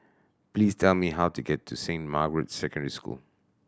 please tell me how to get to Saint Margaret's Secondary School